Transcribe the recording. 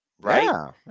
right